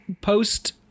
post